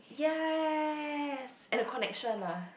yes and the connection lah